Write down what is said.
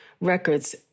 records